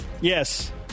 Yes